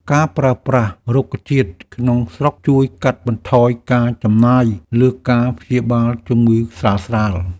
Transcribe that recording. ការប្រើប្រាស់រុក្ខជាតិក្នុងស្រុកជួយកាត់បន្ថយការចំណាយលើការព្យាបាលជំងឺស្រាលៗ។